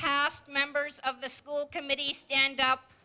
past members of the school committee stand up